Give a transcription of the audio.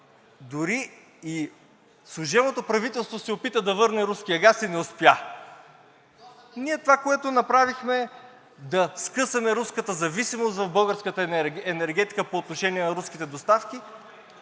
дори и служебното правителство се опита да върне руския газ и не успя. Ние това, което направихме – да скъсаме руската зависимост в българската енергетика по отношение на руските доставки